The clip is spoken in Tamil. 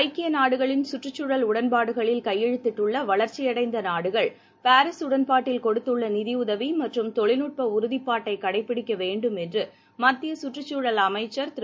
ஐக்கியநாடுகளின் சுற்றுச் சூழல் உடன்பாடுகளில் கையேழுத்திட்டுள்ளவளர்ச்சியடைந்தநாடுகள் பாரிஸ் உடன்பாட்டில் கொடுத்துள்ளநிதியுதவிமற்றும் தொழில்நுட்பஉறுதிப்பாட்டைக் கடைபிடிக்கவேண்டும் என்றுமத்தியசுற்றுச் சூழல் அமைச்சர் திரு